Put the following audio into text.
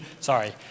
Sorry